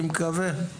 אני מקווה.